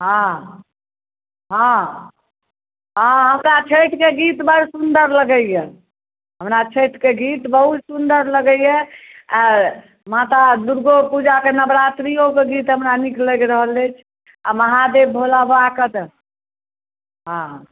हँ हँ हँ हमरा छठिके गीत बड़ सुंदर लगैया हमरा छठिके गीत बहुत सुंदर लगैया आ माता दुर्गो पूजामे नवरात्रिके गीत हमरा नीक लागि रहल अछि आ महादेव भोला बाबाके तऽ हँ